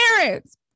Parents